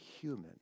human